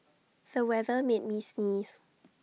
the weather made me sneeze